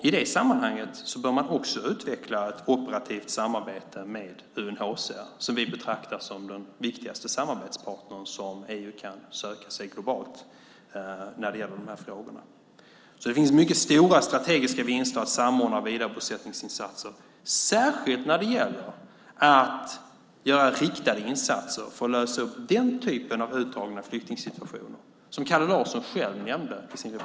I detta sammanhang bör man också utveckla ett operativt samarbete med UNHCR, som vi betraktar som den viktigaste samarbetspartnern som EU kan söka globalt när det gäller dessa frågor. Det finns alltså mycket stora strategiska vinster med att samordna vidarebosättningsinsatser, särskilt när det gäller att göra riktade insatser för att lösa upp den typen av flyktingsituationer som Kalle Larsson själv nämnde tidigare.